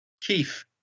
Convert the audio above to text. Keith